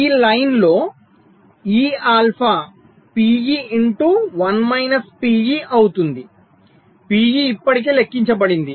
ఈ లైన్లో E alpha PE into 1 minus PE అవుతుంది PE ఇప్పటికే లెక్కించబడింది